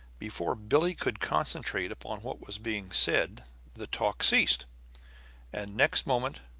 before billie could concentrate upon what was being said the talk ceased and next moment,